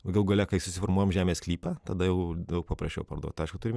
galų gale kai susiformuojam žemės sklypą tada jau daug paprasčiau parduot aišku turime